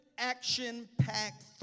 Action-packed